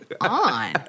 on